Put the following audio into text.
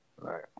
Right